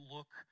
Look